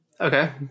Okay